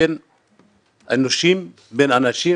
10.12.18,